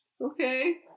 Okay